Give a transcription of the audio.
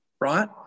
right